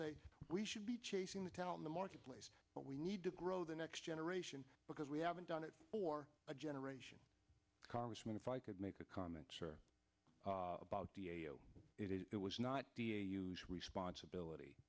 say we should be chasing the tell in the marketplace but we need to grow the next generation because we haven't done it for a generation congressman if i could make a comment about it it was not be a huge responsibility